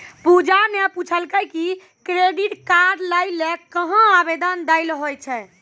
पूजा ने पूछलकै कि क्रेडिट कार्ड लै ल कहां आवेदन दै ल होय छै